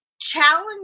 challenge